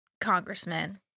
congressman